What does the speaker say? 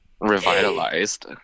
revitalized